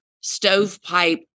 stovepipe